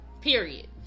period